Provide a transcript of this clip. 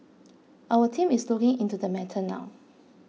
our team is looking into the matter now